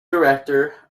director